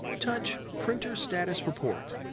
touch printer status report.